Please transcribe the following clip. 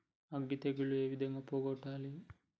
అగ్గి తెగులు ఏ విధంగా పోగొట్టాలి?